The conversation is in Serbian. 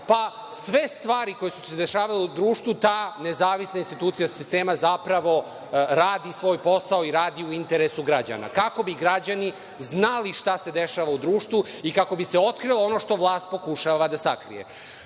pa sve stvari koje su se dešavale u društvu, ta nezavisna institucija sistema zapravo radi svoj posao i radi u interesu građana, kako bi građani znali šta se dešava u društvu i kako bi se otkrilo ono što vlast pokušava da sakrije. Kada